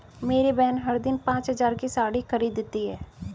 मेरी बहन हर दिन पांच हज़ार की साड़ी खरीदती है